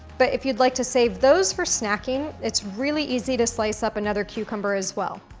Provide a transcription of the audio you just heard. but if you'd like to save those for snacking, it's really easy to slice up another cucumber, as well.